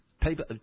people